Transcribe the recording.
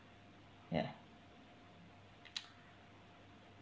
ya